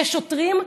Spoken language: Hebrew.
יש שוטרים.